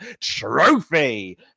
trophy